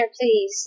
please